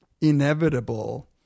inevitable